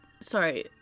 sorry